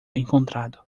encontrado